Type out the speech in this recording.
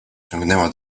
ciągnęła